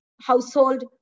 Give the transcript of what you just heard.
household